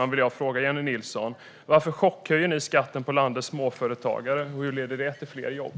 Jag vill därför fråga Jennie Nilsson: Varför chockhöjer ni skatten för landets småföretagare? Hur leder det till fler jobb?